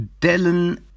Dellen